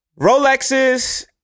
rolexes